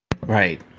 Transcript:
Right